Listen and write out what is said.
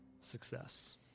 success